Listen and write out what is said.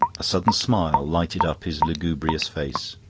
a sudden smile lighted up his lugubrious face.